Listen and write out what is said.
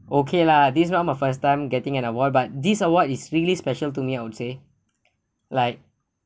okay lah this round a first time getting an award but this award is really special to me I would say like